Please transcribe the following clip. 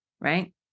right